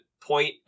point